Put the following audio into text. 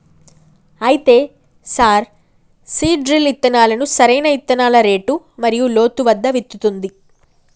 అయితే sir seed drill ఇత్తనాలను సరైన ఇత్తనాల రేటు మరియు లోతు వద్ద విత్తుతుంది